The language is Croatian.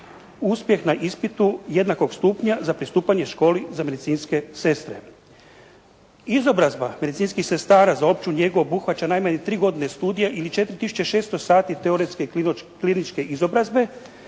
uspjeh na ispitu jednakog stupnja za pristupanje školi za medicinske sestre. Izobrazba medicinskih sredstava za opću njegu obuhvaća najmanje tri godine studija ili 4 tisuće 600 sati teoretske kliničke izobrazbe